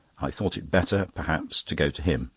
i thought it better, perhaps, to go to him